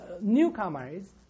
newcomers